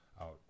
out